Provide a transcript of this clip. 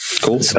Cool